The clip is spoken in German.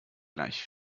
gleich